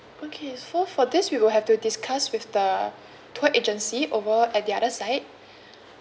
okay so for this we will have to discuss with the tour agency over at the other side